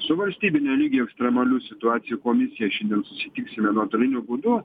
su valstybinio lygio ekstremalių situacijų komisija šiandien susitiksime nuotoliniu būdu